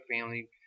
family